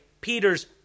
Peter's